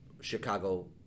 Chicago